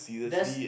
that's